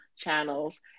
channels